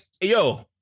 yo